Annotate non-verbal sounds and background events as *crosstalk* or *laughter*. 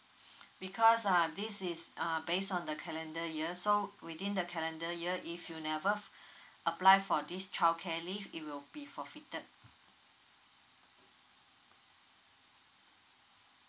*breath* because uh this is uh based on the calendar year so within the calendar year if you never *breath* apply for this childcare leave it will be forfeited